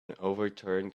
overturned